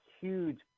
huge